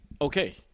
Okay